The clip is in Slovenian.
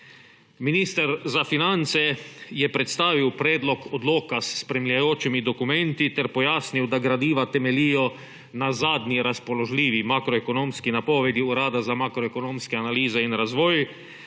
Minister za finance je predstavil predlog odloka s spremljajočimi dokumenti ter pojasnil, da gradiva temeljijo na zadnji razpoložljivi makroekonomski napovedi Urada za makroekonomske analize in razvoj,